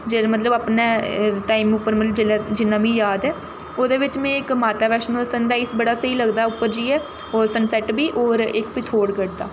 जेल्लै मतलब अपने टाइम उप्पर मतलब जेल्लै जिन्ना मी याद ऐ ओह्दे बिच्च में इक माता बैष्णो दा सन राईज बड़ा स्हेई लगदा उप्पर जाइयै होर सन सैट्ट बी होर इक पिथोरगढ़ दा